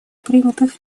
принятых